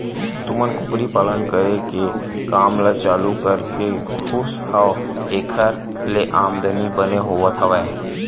तुमन कुकरी पालन करे के काम ल चालू करके खुस हव ऐखर ले आमदानी बने होवत हवय?